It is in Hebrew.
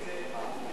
בש"ס,